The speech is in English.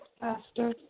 Pastor